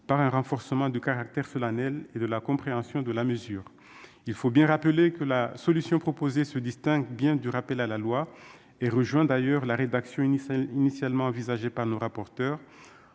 par un renforcement du caractère solennel et de la compréhension de la mesure. Il faut bien rappeler que la solution proposée se distingue réellement du rappel à la loi ; elle rejoint d'ailleurs la rédaction initialement envisagée par nos rapporteurs,